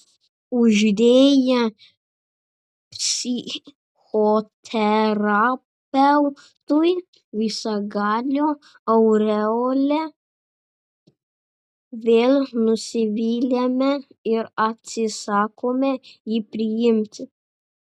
uždėję psichoterapeutui visagalio aureolę vėl nusiviliame ir atsisakome jį priimti